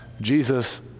Jesus